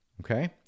okay